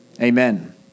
Amen